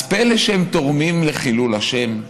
אז פלא שהם תורמים לחילול השם?